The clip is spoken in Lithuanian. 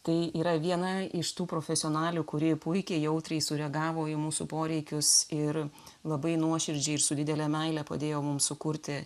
tai yra viena iš tų profesionalių kuri puikiai jautriai sureagavo į mūsų poreikius ir labai nuoširdžiai ir su didele meile padėjo mum sukurti